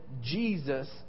Jesus